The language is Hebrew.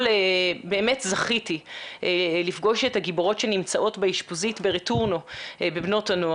אבל כן מאוד חשוב לומר שיש למשל בקרב הבנות הצעירות,